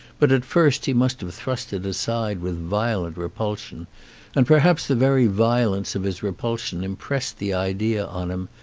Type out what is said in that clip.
but at first he must have thrust it aside with violent repulsion and perhaps the very violence of his repulsion im pressed the idea on him,